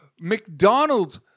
McDonald's